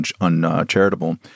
uncharitable